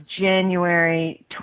January